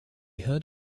heard